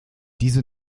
diese